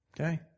Okay